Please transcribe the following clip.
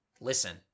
Listen